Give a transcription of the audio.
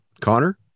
Connor